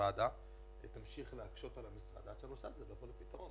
שהוועדה תמשיך להקשות על המשרד עד שהנושא הזה יבוא לפתרון.